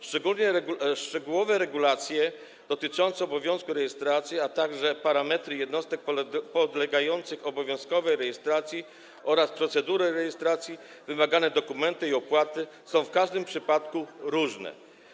Szczegółowe regulacje dotyczące obowiązku rejestracji, a także parametry jednostek podlegających obowiązkowej rejestracji oraz procedury rejestracji, wymagane dokumenty i opłaty są w każdym przypadku różne.